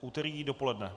Úterý dopoledne?